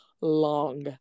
long